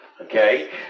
Okay